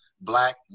black